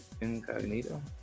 incognito